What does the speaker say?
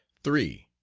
three.